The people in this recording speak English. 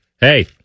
hey